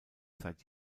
seit